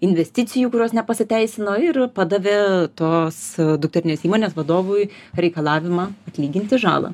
investicijų kurios nepasiteisino ir padavė tos dukterinės įmonės vadovui reikalavimą atlyginti žalą